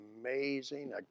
amazing